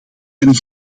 een